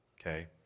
Okay